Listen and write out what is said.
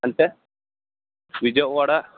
అంటే విజయవాడ